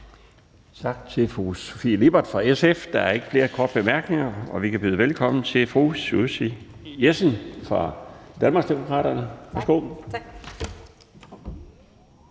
Tak til fru Sofie Lippert fra SF. Der er ikke flere korte bemærkninger, så vi kan byde velkommen til fru Susie Jessen fra Danmarksdemokraterne.